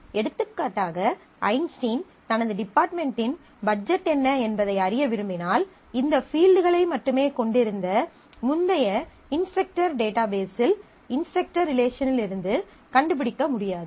எடுத்துக்காட்டாக ஐன்ஸ்டீன் தனது டிபார்ட்மென்டின் பட்ஜெட் என்ன என்பதை அறிய விரும்பினால் இந்த ஃபீல்ட்களை மட்டுமே கொண்டிருந்த முந்தைய இன்ஸ்ட்ரக்டர் டேட்டாபேஸ்ஸில் இன்ஸ்ட்ரக்டர் ரிலேசனில் இருந்து கண்டுபிடிக்க முடியாது